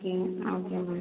okay okay ma'am